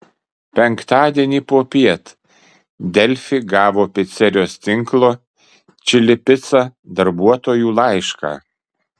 penktadienį popiet delfi gavo picerijos tinklo čili pica darbuotojų laišką